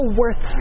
worth